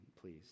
please